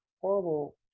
horrible